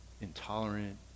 intolerant